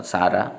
Sara